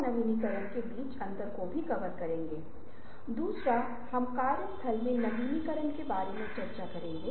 हालाँकि इससे पहले कि हम उस क्षेत्र पर एक त्वरित दृष्टि डालें जिसे पिछले समय में हमने जो किया था उसके बारे में थोड़ा सा ताज़ा करने जा रहे हैं